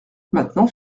maintenant